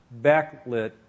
backlit